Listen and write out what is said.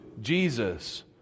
Jesus